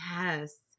Yes